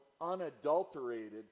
unadulterated